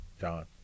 John